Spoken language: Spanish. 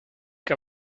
que